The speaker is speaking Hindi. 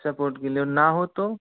सपोर्ट के लिए और ना हो तो